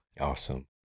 Awesome